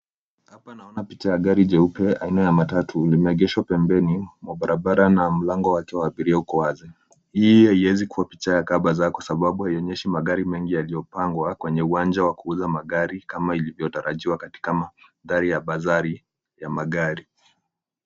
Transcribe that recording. Hapa naona picha ya gari jeupe aina ya matatu limeegeshwa pembeni mwa barabara na mlango wake wa abiria uko wazi. Hii haiwezi kuwa picha ya kabas kwa sababu haionyeshi magari mengine yaliyopangwa kwenye uwanja wa kuuza magari kama ilivyotarajiwa katika mandhari ya bazari ya magari.